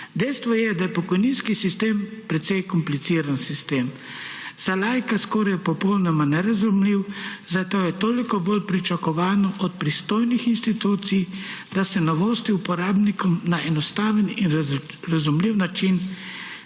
Dejstvo je, da je pokojninski sistem precej kompliciran sistem, za laika skoraj popolnoma nerazumljiv. Zato je toliko bolj pričakovano od pristojnih institucij, da se novosti uporabnikom na enostaven in razumljiv način